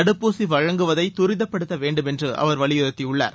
தடுப்பூசி வழங்குவதை தரிதப்படுத்த வேண்டும் என்று அவர் வலியுறுத்தியுள்ளார்